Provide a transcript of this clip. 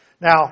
Now